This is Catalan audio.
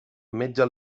metge